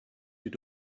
your